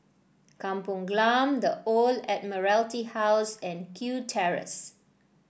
Kampong Glam The Old Admiralty House and Kew Terrace